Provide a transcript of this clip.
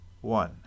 one